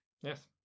Yes